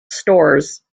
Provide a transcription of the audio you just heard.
stores